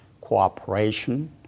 cooperation